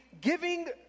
giving